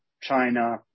China